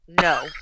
No